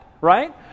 right